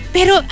Pero